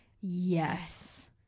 Yes